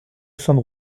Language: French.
san